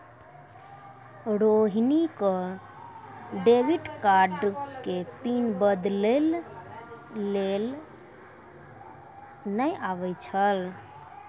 रोहिणी क डेबिट कार्डो के पिन बदलै लेय नै आबै छै